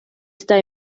está